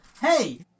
Hey